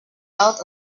out